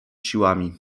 siłami